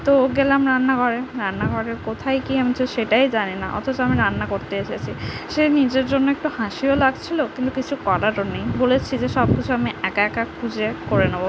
তো গেলাম রান্নাঘরে রান্নাঘরের কোথায় কী আমি তো সেটাই জানি না অথচ আমি রান্না করতে এসেছি সে নিজের জন্য একটু হাসিও লাগছিলো কিন্তু কিছু করারও নেই বলেছি যে সব কিছু আমি একা একা খুঁজে করে নেবো